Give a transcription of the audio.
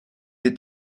est